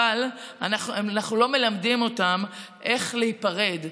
אבל אנחנו לא מלמדים אותם איך להיפרד,